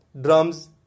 Drums